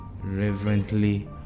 reverently